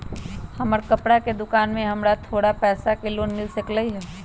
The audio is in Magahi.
हमर कपड़ा के दुकान है हमरा थोड़ा पैसा के लोन मिल सकलई ह?